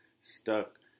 stuck